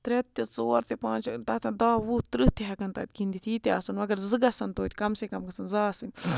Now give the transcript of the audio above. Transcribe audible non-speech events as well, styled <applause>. ترٛےٚ تہِ ژور تہِ <unintelligible> دَہ وُہ تٕرٛہ تہِ ہٮ۪کَن تَتھ گِتھ ییٖتیٛاہ آسَن مگر زٕ گژھَن تویتہِ کَم سے کَم گژھَن زٕ آسٕنۍ